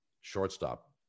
shortstop